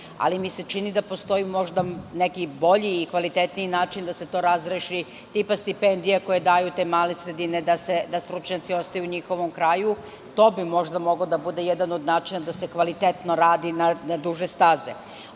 ali mi se čini da postoji možda neki bolji i kvalitetniji način da se to razreši, tipa stipendije koje daju te male sredine da stručnjaci ostaju u njihovom kraju. To bi možda mogao da bude jedan od načina da se kvalitetno radi na duže staze.